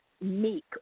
meek